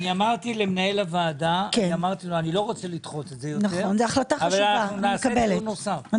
אמרתי למנהל הוועדה אני לא רוצה לדחות את זה יותר אבל נעשה דיון נוסף.